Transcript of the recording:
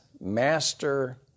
Master